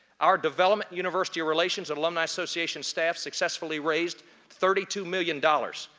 our development university relations alumni association staff successfully raised thirty two million dollars,